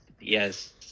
Yes